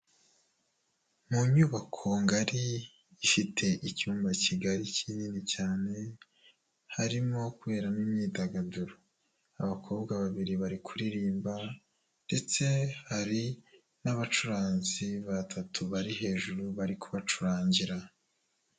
Mu inyubako ngari ifite icyumba kigari kinini cyane harimo kuberamo imyidagaduro, abakobwa babiri bari kuririmba ndetse hari n'abacuranzi batatu bari hejuru bari kubacurangira.